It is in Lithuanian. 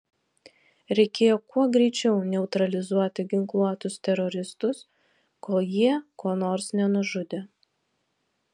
reikėjo kuo greičiau neutralizuoti ginkluotus teroristus kol jie ko nors nenužudė